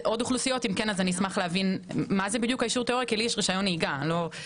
אם כן אשמח להבין מה זה כי לי יש רשיון נהיגה.